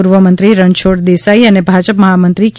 પૂર્વ મંત્રી રણછોડ દેસાઇ અને ભાજપ મહામંત્રી કે